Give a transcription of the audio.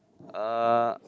uh